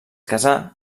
casà